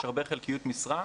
יש הרבה חלקיות משרה.